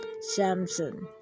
Samson